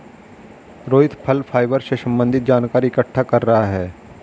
रोहित फल फाइबर से संबन्धित जानकारी इकट्ठा कर रहा है